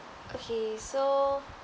okay so